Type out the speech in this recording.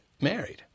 married